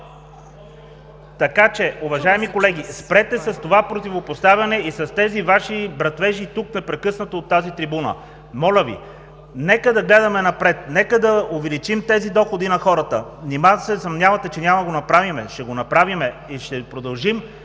е. Уважаеми колеги, спрете с това противопоставяне и с тези Ваши брътвежи тук, непрекъснато от тази трибуна. Моля Ви! Нека да гледаме напред, нека да увеличим тези доходи на хората. Нима се съмнявате, че няма да го направим? Ще го направим и ще продължим!